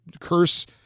curse